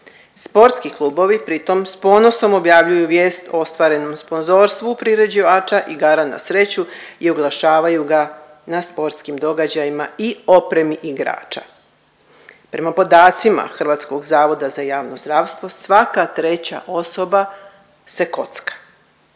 Sportski klubovi pritom s ponosom objavljuju vijest o ostvarenom sponzorstvu priređivača igara na sreću i oglašavaju ga na sportskim događajima i opremi igrača. Prema podaci HZJZ svaka treća osoba se kocka,